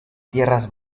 tierras